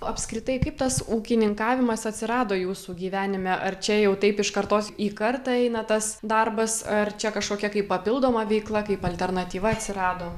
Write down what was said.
apskritai kaip tas ūkininkavimas atsirado jūsų gyvenime ar čia jau taip iš kartos į kartą eina tas darbas ar čia kažkokia kaip papildoma veikla kaip alternatyva atsirado